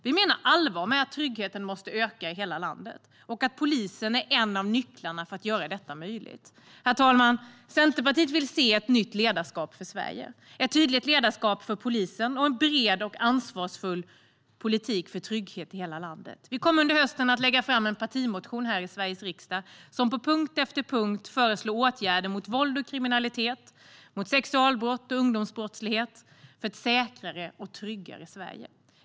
Vi menar allvar med att tryggheten måste öka i hela landet och att polisen är en av nycklarna för att göra detta möjligt. Herr talman! Centerpartiet vill se ett nytt ledarskap för Sverige, ett tydligt ledarskap för polisen och en bred och ansvarsfull politik för trygghet i hela landet. Vi kommer under hösten här i Sveriges riksdag att lägga fram en partimotion som på punkt efter punkt föreslår åtgärder mot våld och kriminalitet, mot sexualbrott och ungdomsbrottslighet för ett säkrare och tryggare Sverige.